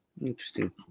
Interesting